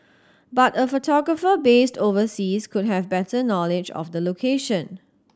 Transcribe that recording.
but a photographer based overseas could have better knowledge of the location